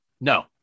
No